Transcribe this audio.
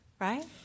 right